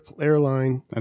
airline